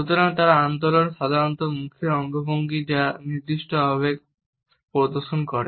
সুতরাং তারা আন্দোলন সাধারণত মুখের অঙ্গভঙ্গি যা নির্দিষ্ট আবেগ প্রদর্শন করে